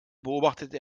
beobachtete